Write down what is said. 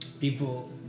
people